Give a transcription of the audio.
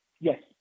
yes